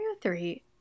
three